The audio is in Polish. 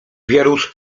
wierusz